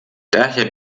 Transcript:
daher